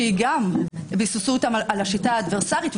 שגם ביססו אותם על השיטה האדוורסרית,